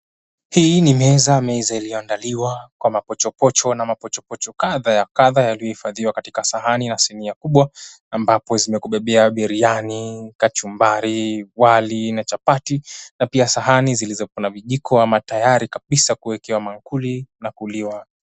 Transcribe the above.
Hii ni meza. Meza iliyoandaliwa kwa mapochopocho na mapochopocho kadhaa ya kadhaa yaliyohifadhiwa katika sahani ya sinia kubwa ambapo zimekubebea biriani, kachumbari, wali na chapati na pia sahani zilizokuwa na vijiko ama tayari kabisa kuwekewa maakuli na kuliwa.